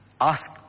ask